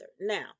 now